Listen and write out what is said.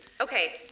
Okay